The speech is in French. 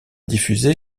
diffusé